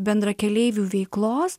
bendrakeleivių veiklos